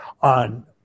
on